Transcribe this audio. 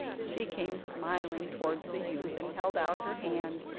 she came smiling towards the youth, and held out her hand,